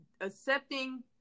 accepting